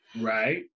Right